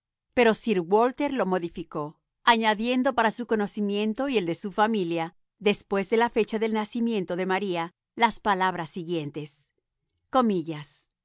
pero sir walter lo modificó añadiendo para su conocimiento y el de su familia después de la fecha del nacimiento ce maría las palabras siguientes casó en